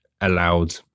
allowed